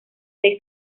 seis